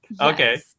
Okay